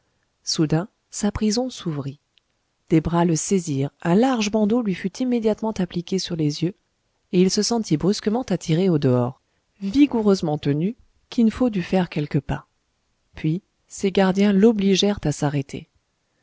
soudain sa prison s'ouvrit des bras le saisirent un large bandeau lui fut immédiatement appliqué sur les yeux et il se sentit brusquement attiré au-dehors vigoureusement tenu kin fo dut faire quelques pas puis ses gardiens l'obligèrent à s'arrêter